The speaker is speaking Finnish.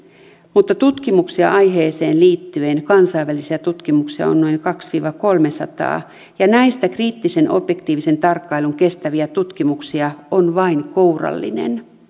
mutta tutkimuksia aiheeseen liittyen kansainvälisiä tutkimuksia on noin kaksisataa viiva kolmesataa ja näistä kriittisen objektiivisen tarkkailun kestäviä tutkimuksia on vain kourallinen